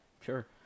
sure